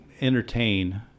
entertain